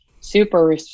super